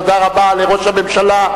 תודה רבה לראש הממשלה,